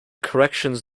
corrections